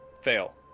Fail